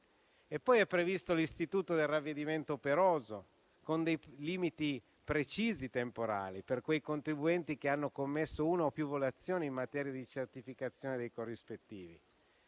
È poi previsto l'istituto del ravvedimento operoso, con dei limiti temporali precisi per quei contribuenti che hanno commesso una o più violazioni in materia di certificazione dei corrispettivi.